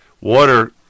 water